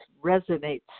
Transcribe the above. resonates